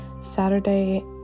Saturday